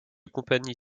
compagnie